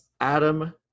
Adam